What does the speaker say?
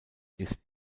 ist